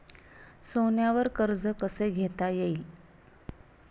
सोन्यावर कर्ज कसे घेता येईल?